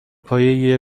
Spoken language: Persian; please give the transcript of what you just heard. پایه